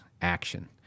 action